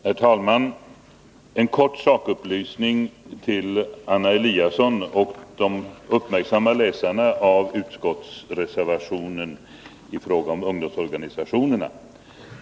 Herr talman! En kort sakupplysning till Anna Eliasson och de uppmärksamma läsarna av utskottsreservationen i fråga om ungdomsorganisationerna.